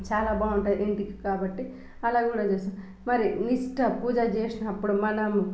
చాలా బాగుంటుంది ఇంటికి కాబట్టి అలా కూడా చేస్తారు మరి మీ నిష్ఠ పూజలు చేసినప్పుడు మనం